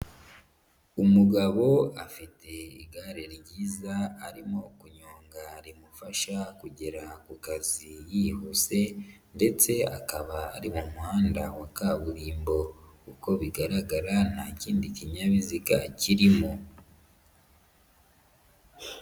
Umugabo afite igare ryiza arimo kunyonga rimufasha kugera ku kazi yihuse ndetse akaba ari mu muhanda wa kaburimbo . Uko bigaragara nta kindi kinyabiziga kirimo.